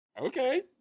Okay